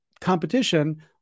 competition